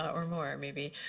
or more maybe.